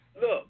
Look